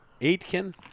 Aitken